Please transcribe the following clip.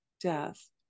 death